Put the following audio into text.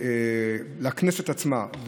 שלכנסת עצמה,